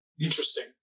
Interesting